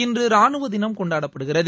இன்று ராணுவ தினம் கொண்டாடப்படுகிறது